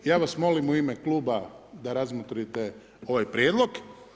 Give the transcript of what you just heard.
Ja vas molim u ime kluba da razmotrite ovaj prijedlog.